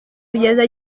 kugeza